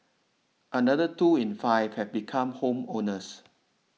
another two in five have become home owners